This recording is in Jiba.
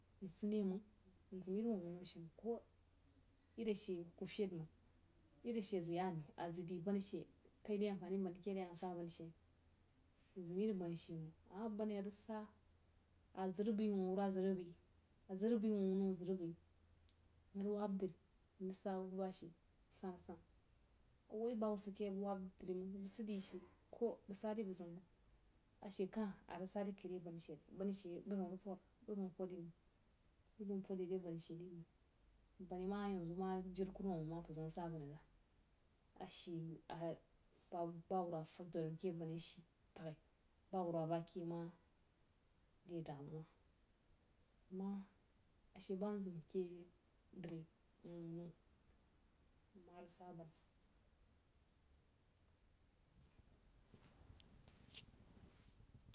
Nsidne məng mziro iri wuh-wunno she məng, koh iri ash ku feid məng iri ashe azəg kuh ya ne a zəg ri banni she kai ri amfani banni ke rí a ma sa banni she mzīm iri banni she məng aman banni a rig sa, a zəg rig bai wuh-wurwah zəg rig bai a zəg rig bai wuh-wunno zəg rig bai nəng rig wab-dri mrig sa bubashe san-san a woi bahubba sid kehyei bəg wah bəg waba di-dri məng, ashe kah arig sa ri kai re banni she banni she bəg ziu rig pod, bəg ziu pod re məng bəg ziu pod ri re banni she məng, banni ma yanzu jiri kurmam məng ma mpər zeun rig ja banni ra ashe a buba bah wurwa fəg dori ke banni ashe tag-í bah wurwa keh ma bəg re damuwa aman ashe ba mzím ke dri wuh-wunno nma rig sa banni.